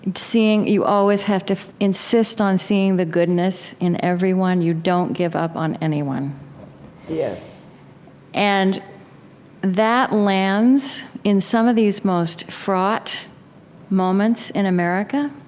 and seeing you always have to insist on seeing the goodness in everyone. you don't give up on anyone yes and that lands, in some of these most fraught moments in america,